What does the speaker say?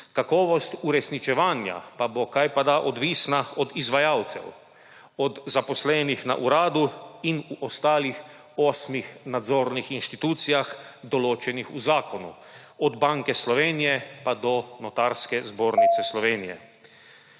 Kakovost uresničevanja pa bo kajpada odvisna od izvajalcev, od zaposlenih na Uradu in ostalih osmih nadzornih institucijah, določenih v zakonu, od Banke Slovenije pa do Notarske zbornice Slovenije.